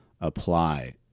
apply